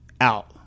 out